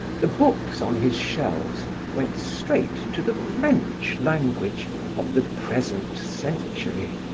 the books on his shelves went straight to the french language of the present century.